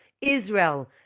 Israel